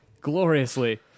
gloriously